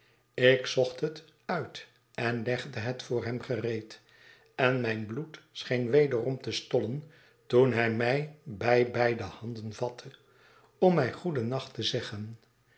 ik zocht het uit en legde het voor hem gereed en mijn bloed scheen wederom te stollen toen hij mij bij beide handen vatte om mij goedennacht te zeggen